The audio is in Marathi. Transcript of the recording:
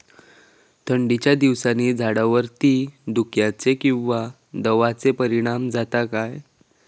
थंडीच्या दिवसानी झाडावरती धुक्याचे किंवा दवाचो परिणाम जाता काय?